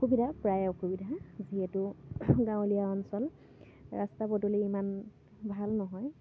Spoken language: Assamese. অসুবিধা প্ৰায় অসুবিধা যিহেতু গাঁৱলীয়া অঞ্চল ৰাস্তা পদূলি ইমান ভাল নহয়